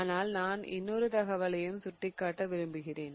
ஆனால் நான் இன்னொரு தகவலையும் சுட்டிக்காட்ட விரும்புகிறேன்